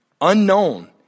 unknown